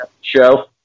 Show